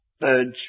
birds